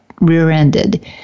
rear-ended